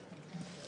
שלה.